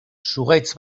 zuhaitz